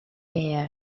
air